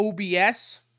OBS